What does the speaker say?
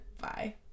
bye